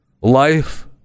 life